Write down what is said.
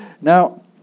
Now